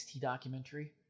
documentary